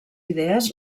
idees